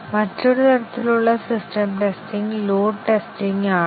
മറ്റൊരു തരത്തിലുള്ള system testing load testing ആണ്